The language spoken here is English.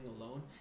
alone